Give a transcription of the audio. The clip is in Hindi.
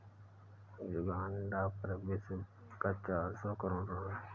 युगांडा पर विश्व बैंक का चार सौ करोड़ ऋण है